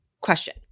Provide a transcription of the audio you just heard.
question